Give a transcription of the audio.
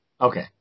Okay